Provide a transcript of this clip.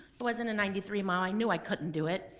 it wasn't a ninety three mom. i knew i couldn't do it,